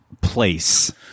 place